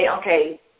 okay